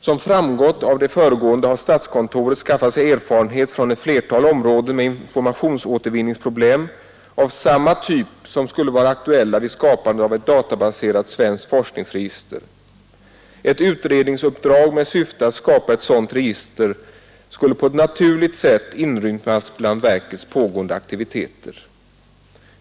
Som framgått av det föregående har statskontoret skaffat sig erfarenhet från ett flertal områden med informationsåtervinningsproblem av samma typ som skulle vara aktuella vid skapandet av ett databaserat svenskt forskningsregister. Ett utredningsuppdrag med syfte att skapa ett sådant register skulle på ett naturligt sätt inrymmas bland verkets pågående aktiviteter.